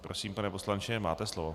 Prosím, pane poslanče, máte slovo.